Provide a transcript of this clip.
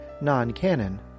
non-canon